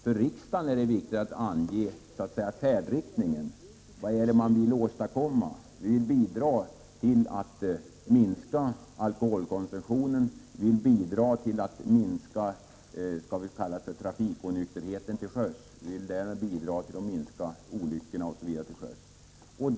För riksdagen är det viktigt att ange färdriktningen, vad det är vi vill åstadkomma, dvs. att vi vill bidra till att minska alkoholkonsumtionen, minska trafikonykterheten till sjöss och därmed minska olyckorna till sjöss.